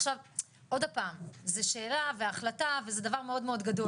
עוד פעם, זו שאלה והחלטה וזה דבר מאוד גדול.